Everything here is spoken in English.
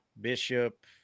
Bishop